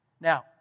Now